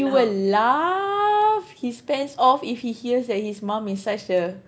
he will laugh his pants off if he hears his mum is such a